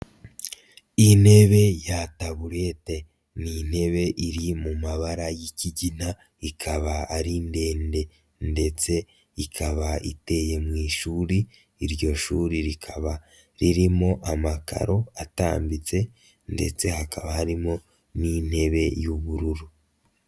Intebe ya taburete. Ni intebe iri mu mabara y'ikigina, ikaba ari ndende ndetse ikaba iteye mu ishuri, iryo shuri rikaba ririmo amakaro atambitse ndetse hakaba harimo n'intebe y'ubururu.